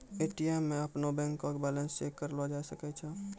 ATM मे अपनो bank के बैलेंस चेक करलो जाय सकै छै